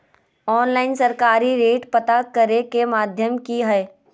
Online सरकारी rate पता करे के माध्यम की हय?